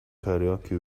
karaoke